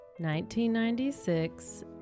1996